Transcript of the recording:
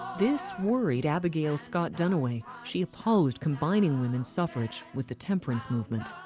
this worried abigail scott duniway. she opposed combining women's suffrage with the temperance movement.